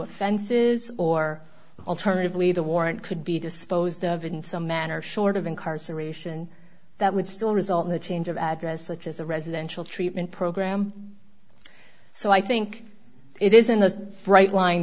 offenses or alternatively the warrant could be disposed of in some manner short of incarceration that would still result in a change of address such as a residential treatment program so i think it is in the bright line